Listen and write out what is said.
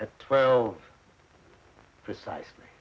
at twelve precisely